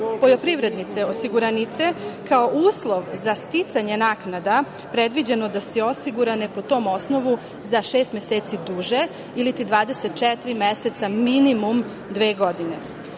poljoprivrednice osiguranice, kao uslov za sticanje naknada predviđeno da su osigurane po tom osnovu za šest meseci duže ili 24 meseca, minimum dve godine. Povodom